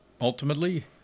ultimately